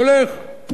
הולך.